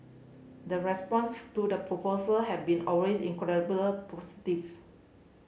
the response to the proposal have been always incredibly positive